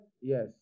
Yes